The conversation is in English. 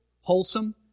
wholesome